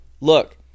Look